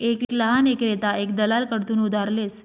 एक लहान ईक्रेता एक दलाल कडथून उधार लेस